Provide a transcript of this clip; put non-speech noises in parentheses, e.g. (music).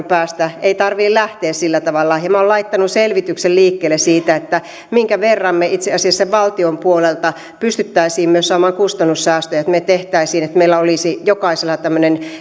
(unintelligible) päästä ei tarvitse lähteä sillä tavalla ja minä olen laittanut selvityksen liikkeelle siitä minkä verran me itse asiassa valtion puolelta pystyisimme myös saamaan kustannussäästöjä jos tehtäisiin niin että meillä olisi jokaisella tämmöinen